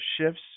shifts